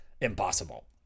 impossible